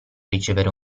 ricevere